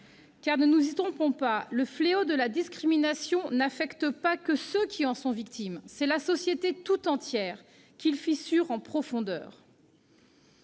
car, ne nous y trompons pas, le fléau de la discrimination n'affecte pas que ceux qui en sont victimes : c'est la société tout entière qu'il fissure en profondeur.